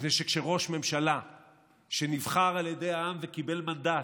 מפני שכשראש ממשלה שנבחר על ידי העם וקיבל מנדט,